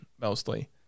mostly